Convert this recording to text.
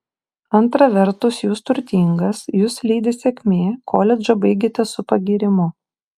antra vertus jūs turtingas jus lydi sėkmė koledžą baigėte su pagyrimu